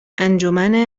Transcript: انجمن